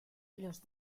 los